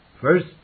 First